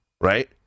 right